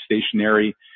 stationary